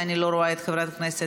כי אני לא רואה את חברת הכנסת.